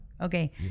Okay